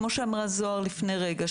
כמו שאמרה זהר לפני רגע,